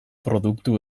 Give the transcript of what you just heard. produktu